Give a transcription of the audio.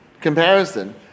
comparison